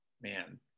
Man